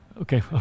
Okay